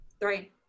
three